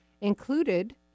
Included